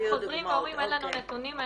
רק חוזרים ואומרים "אין לנו נתונים".